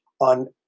on –